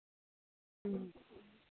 ᱦᱮᱸ